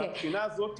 מבחינה זו,